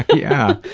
yeah.